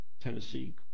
Tennessee